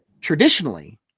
traditionally